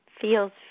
feels